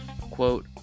Quote